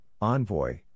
envoy